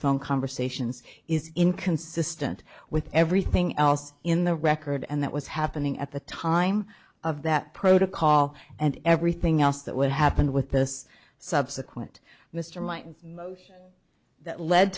phone conversations is inconsistent with everything else in the record and that was happening at the time of that protocol and everything else that would happen with this subsequent mr might that led